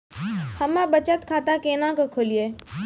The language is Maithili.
हम्मे बचत खाता केना के खोलियै?